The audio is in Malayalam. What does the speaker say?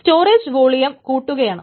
സ്റ്റോറേജ് വോളിയം കൂട്ടുകയാണ്